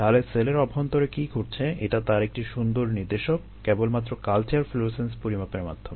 তাহলে সেলের অভ্যন্তরে কী ঘটছে এটা তার একটি সুন্দর নির্দেশক কেবলমাত্র কালচার ফ্লুরোসেন্স পরিমাপের মাধ্যমে